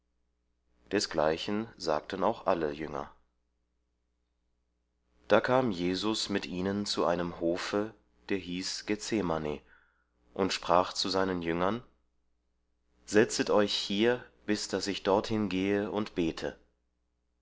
desgleichen sagten auch alle jünger da kam jesus mit ihnen zu einem hofe der hieß gethsemane und sprach zu seinen jüngern setzet euch hier bis daß ich dorthin gehe und bete